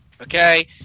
Okay